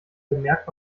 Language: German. bemerkt